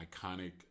iconic